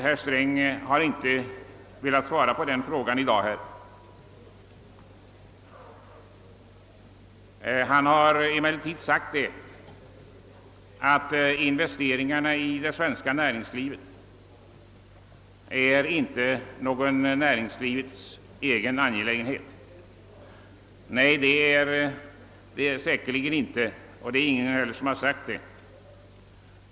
Herr Sträng har inte velat svara på denna fråga i dag. Han har emellertid sagt att investeringarna i det svenska näringslivet inte är någon näringslivets egen angelägenhet. Nej, det är det säkerligen inte, och det är heller ingen som har sagt det.